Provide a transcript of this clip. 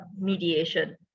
mediation